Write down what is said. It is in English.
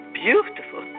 beautiful